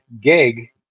gig